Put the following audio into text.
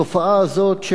התופעה הזאת,